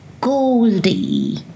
Goldie